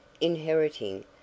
inheriting